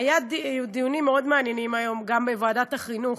היו דיונים מאוד מעניינים היום, גם בוועדת החינוך,